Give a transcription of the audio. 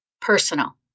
Personal